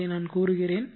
அதை நான் கூறுகிறேன்